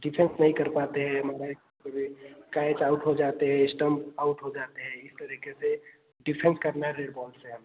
defence नहीं कर पाते हैं कैच आउट हो जाते हैं स्टंप आउट हो जाते हैं इस तरीके से डिफेंस करना रेड बॉल से हमें